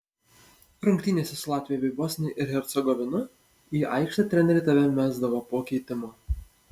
rungtynėse su latvija bei bosnija ir hercegovina į aikštę treneriai tave mesdavo po keitimo